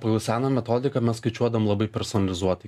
pagal seną metodiką mes skaičiuodavom labai personalizuotai